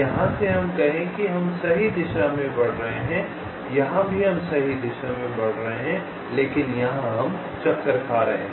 यहाँ से कहें कि हम सही दिशा में बढ़ रहे हैं यहाँ भी हम सही दिशा में बढ़ रहे हैं लेकिन यहाँ हम चक्कर खा रहे हैं